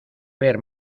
ver